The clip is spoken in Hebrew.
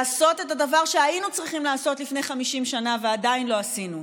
לעשות את הדבר שהיינו צריכים לעשות לפני 50 שנה ועדיין לא עשינו,